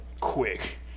quick